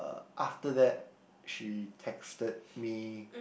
after that she texted me